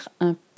un